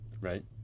right